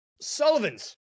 Sullivan's